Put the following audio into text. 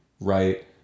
right